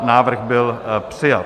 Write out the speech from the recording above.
Návrh byl přijat.